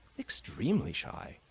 extremely shy,